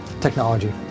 technology